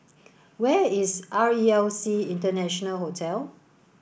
where is R E L C International Hotel